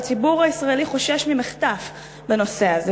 והציבור הישראלי חושש ממחטף בנושא הזה.